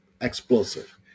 explosive